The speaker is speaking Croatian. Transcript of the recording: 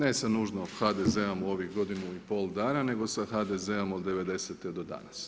Ne sa nužno HDZ-om u ovih godinu i pol dana nego sa HDZ-om od '90-te do danas.